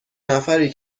نفری